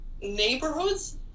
neighborhoods